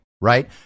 right